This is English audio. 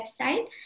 website